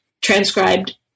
transcribed